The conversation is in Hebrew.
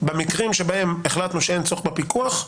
במקרים שבהם החלטנו שאין צורך בפיקוח,